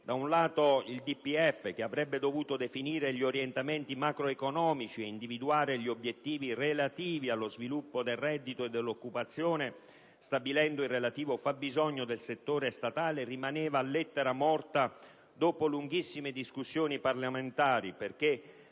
economico-finanziaria, che avrebbe dovuto definire gli orientamenti macroeconomici ed individuare gli obiettivi relativi allo sviluppo del reddito e dell'occupazione, stabilendo il relativo fabbisogno del settore statale, rimaneva lettera morta dopo lunghissime discussioni parlamentari perché,